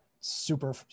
super